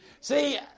See